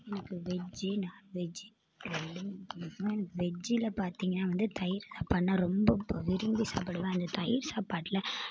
எனக்கு veggie non veggie ரெண்டையும் பிடிக்கும் எனக்கு வெஜ்ஜில் பார்த்திங்க வந்து தயிர் சாப்பாடுனா ரொம்ப விரும்பி சாப்பிடுவேன் அந்த தயிர் சாப்பாட்டில்